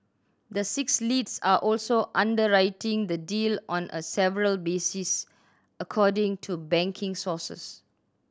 the six leads are also underwriting the deal on a several basis according to banking sources